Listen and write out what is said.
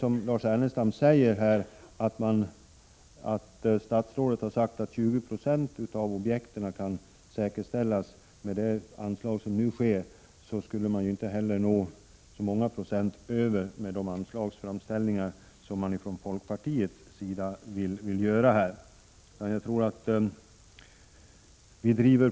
Men Lars Ernestam säger här att statsrådet har sagt att 20 96 av objekten kan säkerställas med nuvarande anslag. Då skulle man inte nå så många procent över det med det anslag som folkpartiet vill ha. Vi driver på i dessa sammanhang och vi kommer att fortsätta att göra det.